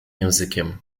językiem